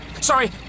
Sorry